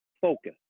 focus